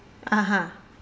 (uh huh)